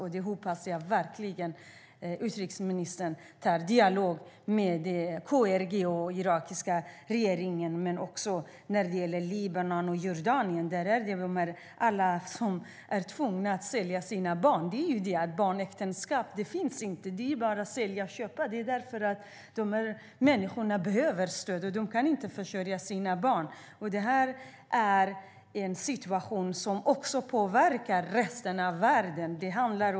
Jag hoppas verkligen att utrikesministern kommer att föra dialoger med KRG och den irakiska regeringen. Men det gäller också Libanon och Jordanien, där många är tvungna att sälja sina barn. Barnäktenskap finns inte. Det handlar bara om att sälja och köpa. De här människorna behöver stöd. De kan inte försörja sina barn. Det här är en situation som också påverkar resten av världen.